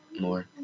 more